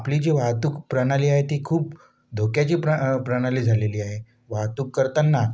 आपली जी वाहतूकप्रणाली आहे ती खूप धोक्याची प्र प्रणाली झालेली आहे वाहतूक करताना